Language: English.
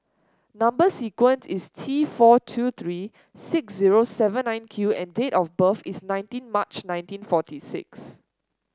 number sequence is T four two three six zero seven nine Q and date of birth is nineteen March nineteen forty six